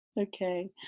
Okay